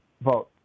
vote